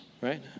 right